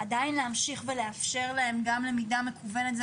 עדיין להמשיך ולאפשר להם גם למידה מקוונת.